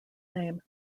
name